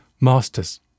masters